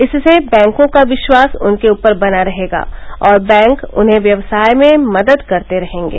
इससे बैंकों का विश्वास उनके ऊपर बना रहेगा और बैंक उन्हें व्यवसाय में मदद करते रहेंगे